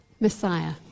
Messiah